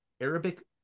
Arabic